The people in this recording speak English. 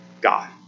God